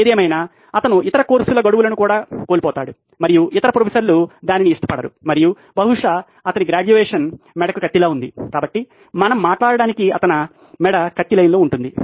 ఏదేమైనా అతను ఇతర కోర్సుల గడువులను కోల్పోతాడు మరియు ఇతర ప్రొఫెసర్లు దానిని ఇష్టపడరు మరియు బహుశా అతని గ్రాడ్యుయేషన్ మెడకు కత్తిలా ఉంది కాబట్టి అతని మెడ మాట్లాడటానికి లైన్లో ఉంది